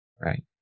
right